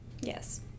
Yes